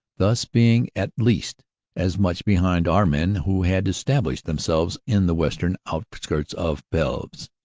thus being at least as much behind our men who had established themselves in the western out ski rts of pelves.